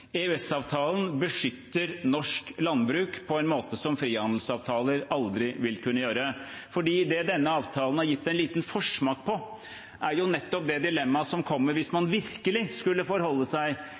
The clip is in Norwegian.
beskytter norsk landbruk på en måte som frihandelsavtaler aldri vil kunne gjøre. Det denne avtalen har gitt en liten forsmak på, er nettopp det dilemmaet som kommer hvis man